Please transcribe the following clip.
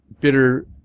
bitter